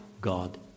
God